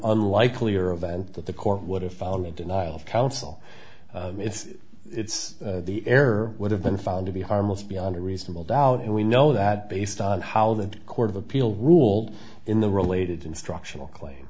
unlikely or event the a court would have follow a denial of counsel if it's the air would have been found to be harmless beyond a reasonable doubt and we know that based on how the court of appeal ruled in the related instructional claim